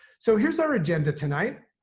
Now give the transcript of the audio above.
so here's our agenda tonight.